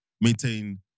maintain